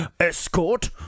escort